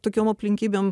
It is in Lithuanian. tokiom aplinkybėm